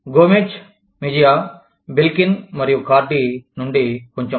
Gomez Mejia Belkin మరియు కార్డిGomez Mejia Belkin and Cardyనుండి కొంచెం